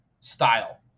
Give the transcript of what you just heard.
style